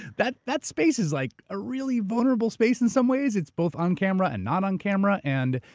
that that space is like a really vulnerable space in some ways, it's both on-camera and not on-camera. and,